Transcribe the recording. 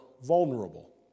vulnerable